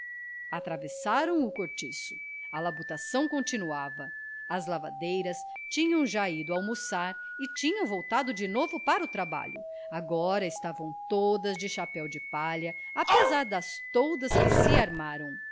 atravessaram o cortiço a labutação continuava as lavadeiras tinham já ido almoçar e tinham voltado de novo para o trabalho agora estavam todas de chapéu de palha apesar das toldas que se armaram